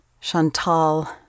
Chantal